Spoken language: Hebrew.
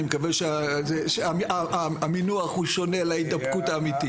אני מקווה שהמינוח הוא שונה להידבקות האמיתית.